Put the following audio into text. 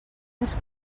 més